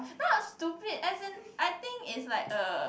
not stupid as in I think is like uh